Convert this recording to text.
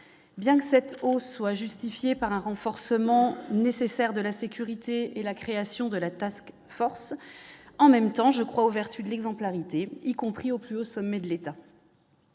bien que cette eau soit justifiée par un renforcement nécessaire de la sécurité et la création de la Task force en même temps je crois aux vertus de l'exemplarité, y compris au plus haut sommet de l'État